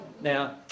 Now